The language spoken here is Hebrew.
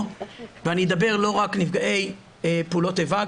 ואני אדבר לא רק על נפגעי פעולות איבה,